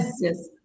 yes